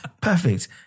Perfect